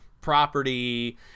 property